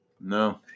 No